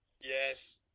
Yes